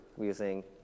using